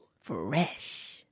fresh